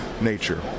nature